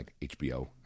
HBO